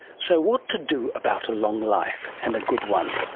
so what to do about a long life and a good one?